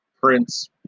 Prince